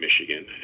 Michigan